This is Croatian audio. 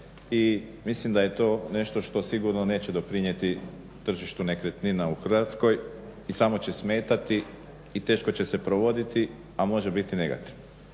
i mislim da je to nešto što sigurno neće doprinijeti tržištu nekretnina u Hrvatskoj i samo će smetati i teško će se provoditi, a može biti negativno.